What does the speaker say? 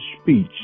speech